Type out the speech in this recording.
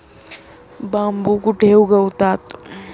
बांबू कुठे उगवतात?